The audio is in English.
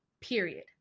period